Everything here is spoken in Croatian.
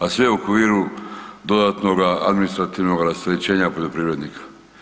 A sve u okviru dodatnoga administrativnog rasterećenja poljoprivrednika.